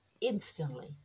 Instantly